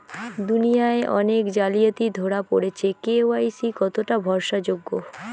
দুনিয়ায় অনেক জালিয়াতি ধরা পরেছে কে.ওয়াই.সি কতোটা ভরসা যোগ্য?